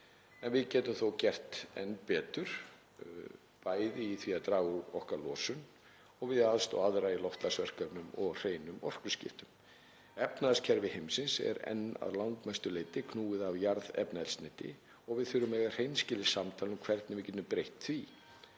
En við getum þó gert enn betur, bæði í því að draga úr okkar losun og við að aðstoða aðra í loftslagsverkefnum og hreinum orkuskiptum. Efnahagskerfi heimsins er enn að langmestu leyti knúið af jarðefnaeldsneyti og við þurfum að eiga hreinskilið samtal um hvernig við getum breytt því.